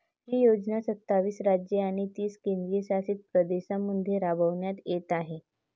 ही योजना सत्तावीस राज्ये आणि तीन केंद्रशासित प्रदेशांमध्ये राबविण्यात येत आहे